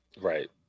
Right